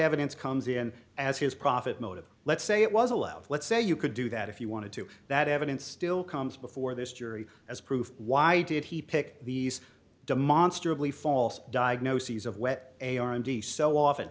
evidence comes in as his profit motive let's say it was allowed let's say you could do that if you wanted to that evidence still comes before this jury as proof why did he pick these demonstrably false diagnoses of wet a r and d so often